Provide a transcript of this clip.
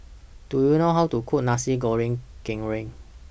Do YOU know How to Cook Nasi Goreng Kerang